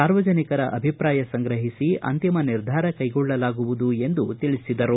ಸಾರ್ವಜನಿಕರ ಅಭಿಪ್ರಾಯ ಸಂಗ್ರಹಿಸಿ ಅಂತಿಮ ನಿರ್ಧಾರ ಕೈಗೊಳ್ಳಲಾಗುವುದು ಎಂದು ತಿಳಿಸಿದರು